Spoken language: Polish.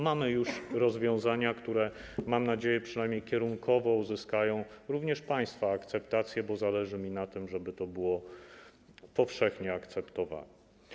Mamy już rozwiązania, które, mam nadzieję, przynajmniej kierunkowo uzyskają również państwa akceptację, bo zależy mi na tym, żeby to było powszechnie akceptowane.